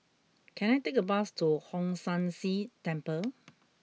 can I take a bus to Hong San See Temple